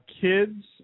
kids